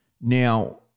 Now